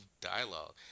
dialogue